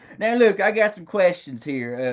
look i've got some questions here.